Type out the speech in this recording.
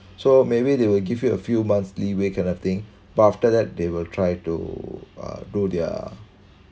so maybe they will give you a few months leeway kind of thing but after that they will try to uh do their